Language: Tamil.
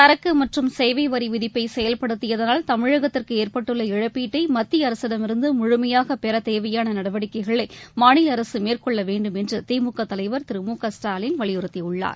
சரக்குமற்றும் சேவைவரிவிதிப்பைசெயல்படுத்தியதனால் தமிழகத்திறகுஏற்பட்டுள்ள இழப்பீட்டைமத்தியஅரசிடமிருந்துமுழுமையாகபெறதேவையானநடவடிக்கைகளைமாநிலஅரசுகே மற்கொள்ளவேண்டும் என்றுதிமுகதலைவர் திரு மு க ஸ்டாலின் வலியுறுத்தியுள்ளார்